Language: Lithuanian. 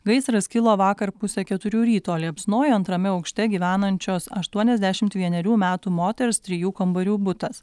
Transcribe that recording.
gaisras kilo vakar pusę keturių ryto liepsnojo antrame aukšte gyvenančios aštuoniasdešimt vienerių metų moters trijų kambarių butas